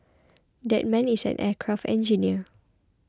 that man is an aircraft engineer